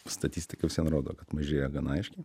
statistika rodo kad mažėja gana aiškiai